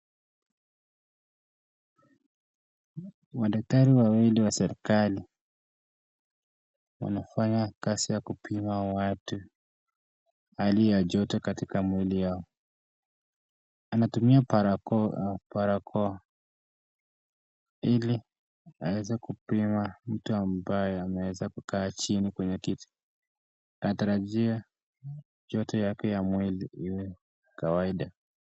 Madaktari wawili wa serikali, wanakazi ya kupima hawa watu aliyejoto katika mwili yao anatumia barakoa, iliwaweze kupima mtu ambaye ameweza kukaa chini kwenye kiti. Anatarajia joto yake ya mwili iwe kawaida.